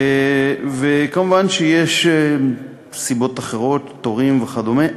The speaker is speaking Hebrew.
וכמובן שיש סיבות אחרות: תורים וכדומה.